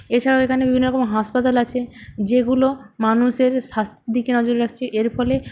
এছাড়াও এখানে বিভিন্ন রকম হাসপাতাল আছে যেগুলো মানুষের স্বাস্থ্যের দিকে নজর রাখছে এর ফলে